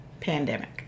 pandemic